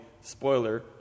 Spoiler